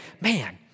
man